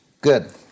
Good